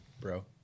bro